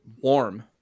warm